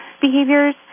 behaviors